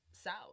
South